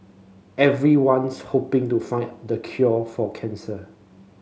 everyone's hoping to find the cure for cancer